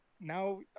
now